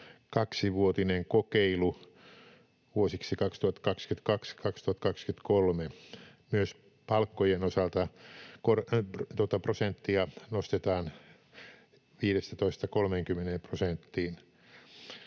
kaksivuotinen kokeilu vuosiksi 2022—2023. Myös palkkojen osalta tuota prosenttia nostetaan 15:stä 30 prosenttiin.